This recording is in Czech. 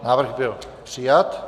Návrh byl přijat.